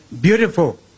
beautiful